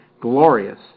glorious